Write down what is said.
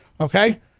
okay